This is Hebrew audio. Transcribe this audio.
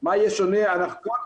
ארגון